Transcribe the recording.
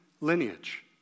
lineage